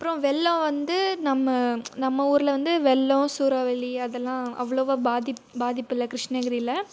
அப்புறம் வெள்ளம் வந்து நம்ம நம்ம ஊரில் வந்து வெள்ளம் சூறாவளி அதெல்லாம் அவ்வளவா பாதி பாதிப்பு இல்லை கிருஷ்ணகிரியில்